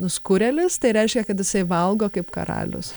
nuskurėlis tai reiškia kad jisai valgo kaip karalius